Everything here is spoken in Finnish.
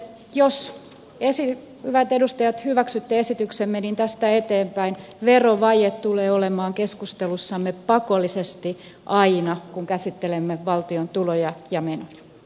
jos hyvät edustajat hyväksytte esityksemme niin tästä eteenpäin verovaje tulee olemaan keskustelussamme pakollisesti aina kun käsittelemme valtion tuloja ja menoja